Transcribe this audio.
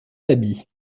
d’habits